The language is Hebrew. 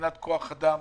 מבחינת כוח אדם.